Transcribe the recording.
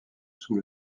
sous